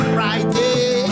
Friday